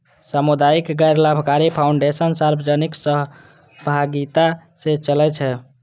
सामुदायिक गैर लाभकारी फाउंडेशन सार्वजनिक सहभागिता सं चलै छै